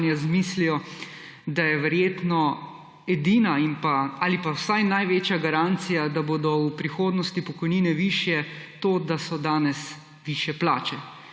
z mislijo, da je verjetno edina ali pa vsaj največja garancija, da bodo v prihodnosti pokojnine višje, to, da so danes višje plače.